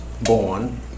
born